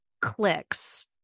clicks